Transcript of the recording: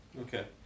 Okay